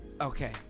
Okay